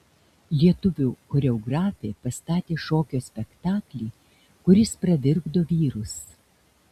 lietuvių choreografė pastatė šokio spektaklį kuris pravirkdo vyrus